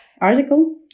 article